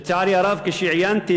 לצערי הרב, כאשר עיינתי